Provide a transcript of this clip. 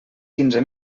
quinze